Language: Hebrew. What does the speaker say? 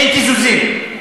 אין קיזוזים.